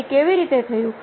તે કેવી રીતે થયું